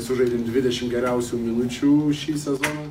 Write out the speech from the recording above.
sužaidėm dvidešimt geriausių minučių šį sezoną